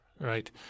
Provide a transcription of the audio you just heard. right